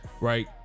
right